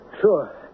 Sure